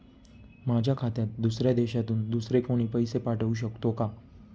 माझ्या खात्यात दुसऱ्या देशातून दुसरे कोणी पैसे पाठवू शकतो का?